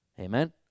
amen